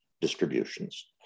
distributions